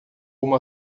uma